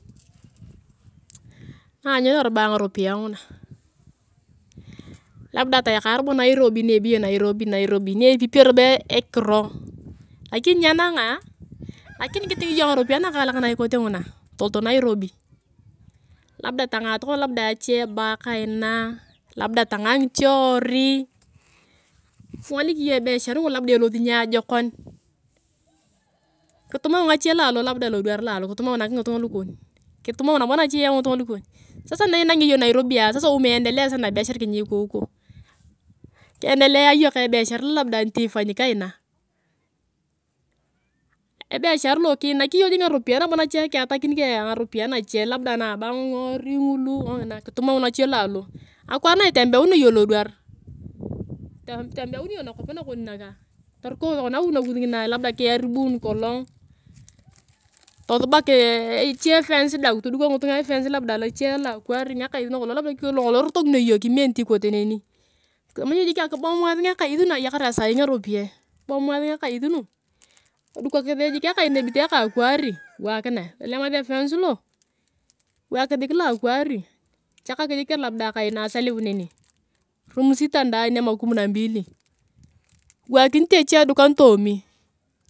Na anyunieng nganopiyae nguna labda atoeka robo nairobi niebeyo nairobi niepupio robo ekino lakini nyienanga lakini kiting iyong ngaropiyae na ikote nguna tolot nairobi. Labda tangaa tokona labda ache bar kaina labda tangaa ngiche warui kingolik iyong ebichar ngola labda elosi niajekon kitumau ngache laloo labda lodwar laloo kitumau nak ngitunga lukon kitumau nabo nache yun ngitunga lukon. Sasa na inangea iyong nairobi, sasa umehendelea sasa na biashara yenye iko uko. Kiendelea iyong ka ebishar labda niti ifanyi kaina, ebieshar loo kiinak ngaropiyae nabo nache kiyatakin ka ngaropiyae nache labda na abar ka ngiworui ngulu kongina kitumau nache laloo. Akwaar na itembeunea iyong lodwar itembeunea iyong nakop nakon naka torikou tokona awi nakus ngina labda kiaribun kolong tosubar eche fenci deng kitudukok ngitunga efensi echie labda loa akwaari ngakais labda bakolong ito irotokinio iyong kime niti ikote neni tama iyong jikia kibomoasi ngakais nuku ayakar ayong sai ngaropiyae. Kibomowasi ngakais nuku ayakar naesibit aka kwaar kiwakinae. Tolemasi efensi lo, kiwakisi loa akwaar tochakak jik labda akai na aself neni room sita ndani ama kumi na mbili kiwakinite echie dukan toomi.